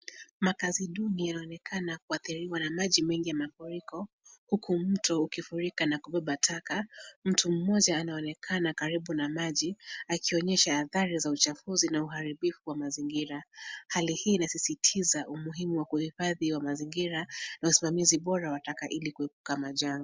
Makaazi duni yanaonekana kuathiriwa na maji mengi ya mafuriko huku mto ukifurika na kubeba taka. Mtu mmoja anaonekana karibu na maji akionyesha athari za uchafuzi na uharibifu wa mazingira. Hali hii inasisitiza umuhimu wa uhifadhi wa mazingira na usimamizi bora wa taka ili kuepuka majanga.